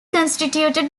constituted